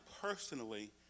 personally